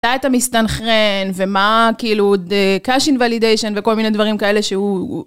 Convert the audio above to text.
מתי אתה מסתנכרן ומה כאילו cash invalidation וכל מיני דברים כאלה שהוא.